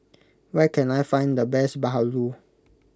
where can I find the best Bahulu